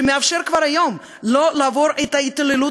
שמאפשר כבר היום לא לעבור את ההתעללות